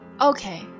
Okay